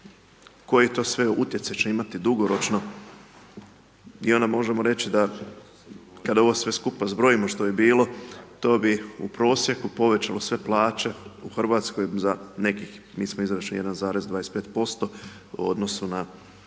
koji to sve utjecaj će imati dugoročno i onda možemo reći da kada ovo sve skupa zbrojimo što je bilo, to bi u prosjeku povećalo sve plaće u RH za nekih, mi smo izračunali 1,25% u odnosu na